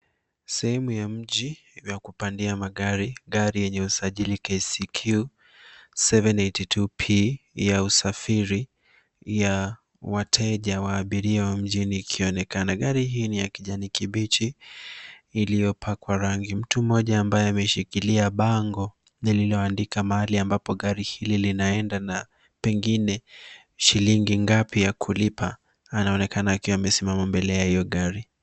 Sehemu ya mji ya kupandia magari gari yenye usajili KCQ782P ya usafiri ya wateja wa abiria mjini ikionekana ,gari hii ni ya kijani kibichi iliyopakwa rangi mtu mmoja ambaye ameshikilia bango, lililoandika mahali ambapo gari hili linaenda na pengine shilingi ngapi ya kulipa ,anaonekana akiwa amesimama mbele ya hiyo gari.